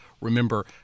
remember